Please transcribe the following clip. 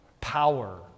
power